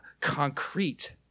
concrete